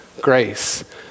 Grace